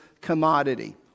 commodity